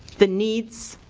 the needs